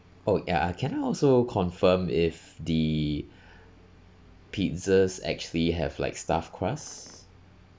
oh ya uh can I also confirm if the pizzas actually have like stuffed crust